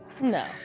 No